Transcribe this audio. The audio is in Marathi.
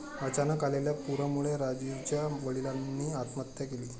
अचानक आलेल्या पुरामुळे राजीवच्या वडिलांनी आत्महत्या केली